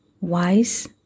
wise